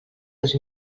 dos